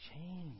change